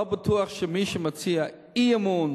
לא בטוח שמי שמציע אי-אמון